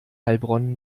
heilbronn